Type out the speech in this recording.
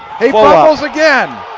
he but fumbles again